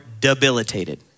debilitated